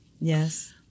Yes